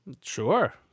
Sure